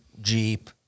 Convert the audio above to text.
Jeep